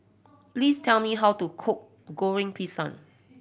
please tell me how to cook Goreng Pisang